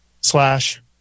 slash